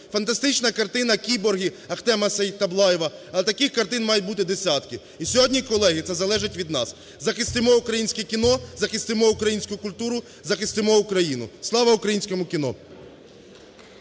Фантастична картина "Кіборги" Ахтема Сеїтаблаєва. Але таких картин має бути десятки. І сьогодні, колеги, це залежить від нас. Захистимо українське кіно, захистимо українську культуру – захистимо Україну. Слава українському кіно!